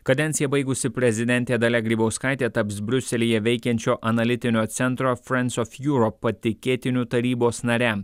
kadenciją baigusi prezidentė dalia grybauskaitė taps briuselyje veikiančio analitinio centro frenc of jurop patikėtinių tarybos nare